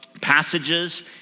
passages